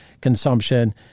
consumption